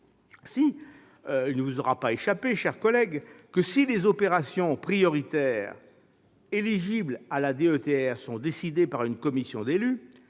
Ainsi, il ne vous aura pas échappé, mes chers collègues, que, si les opérations prioritairement éligibles à la DETR sont décidées par une commission d'élus,